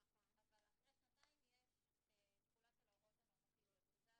אחרי שנתיים יש תחולה של ההוראות הנורמטיביות.